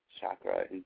chakra